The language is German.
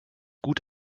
gut